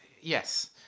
yes